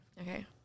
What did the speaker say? Okay